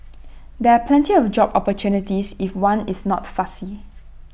there are plenty of job opportunities if one is not fussy